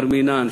בר מינן,